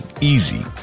Easy